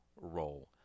role